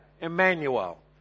Emmanuel